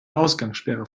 ausgangssperre